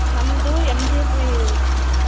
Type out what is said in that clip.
ನಮ್ದು M G three madam